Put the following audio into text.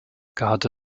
garde